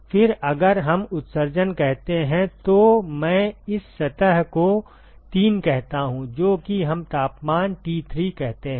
फिर अगर हम उत्सर्जन कहते हैं तो मैं इस सतह को 3 कहता हूं जो कि हम तापमान T3 कहते हैं